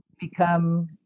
become